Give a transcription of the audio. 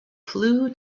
flew